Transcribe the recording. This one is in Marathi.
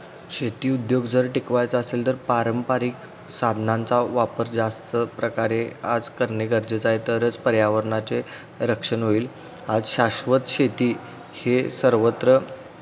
शेती उद्योग जर टिकवायचा असेल तर पारंपरिक साधनांचा वापर जास्त प्रकारे आज करणे गरजेचं आहे तरच पर्यावरणाचे रक्षण होईल आज शाश्वत शेती हे सर्वत्र